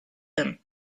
them